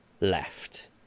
left